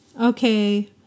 okay